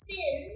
Sin